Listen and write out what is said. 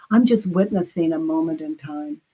i'm just witnessing a moment in time.